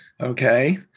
Okay